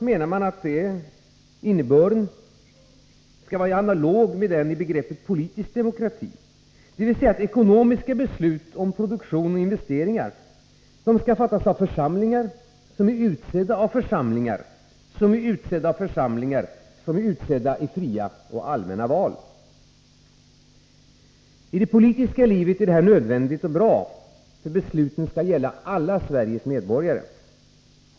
Analogt med innebörden i begreppet ”politisk demokrati” är målet att ekonomiska beslut om produktion och investeringar skall fattas av församlingar, utsedda av församlingar, utsedda av församlingar, utsedda i fria och allmänna val. I det politiska livet är detta nödvändigt och bra, därför att besluten skall gälla alla landets medborgare.